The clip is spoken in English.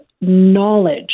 knowledge